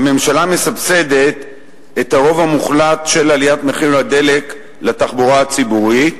הממשלה מסבסדת את הרוב המוחלט של עליית מחירי הדלק לתחבורה הציבורית,